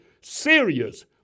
serious